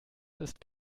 ist